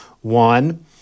One